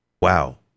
wow